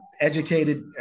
educated